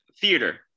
Theater